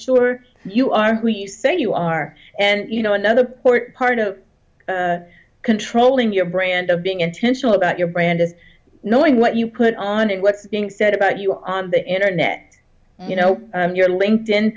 sure you are saying you are and you know another port part of controlling your brand of being intentional about your brand is knowing what you put on and what's being said about you on the internet you know your linked in